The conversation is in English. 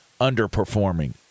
underperforming